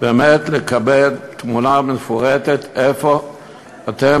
באמת לקבל תמונה מפורטת איפה אתם